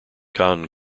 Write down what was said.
khan